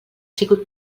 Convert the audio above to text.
sigut